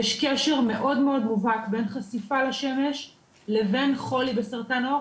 יש קשר מאוד מובהק בין חשיפה לשמש לבין חולי בסרטן העור,